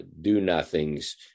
do-nothings